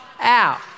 out